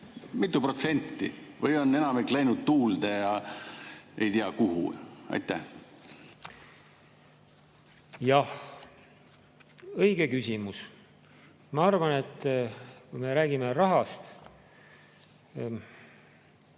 mitu protsenti? Või on enamik läinud tuulde ja ei tea kuhu? Jah, õige küsimus. Ma arvan, et kui me räägime rahast,